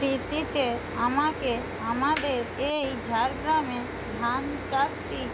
কৃষিতে আমাকে আমাদের এই ঝাড়গ্রামে ধান চাষটি